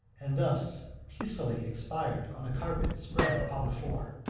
and thus peaceably expired on a carpet spread upon the floor.